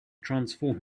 transform